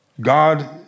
God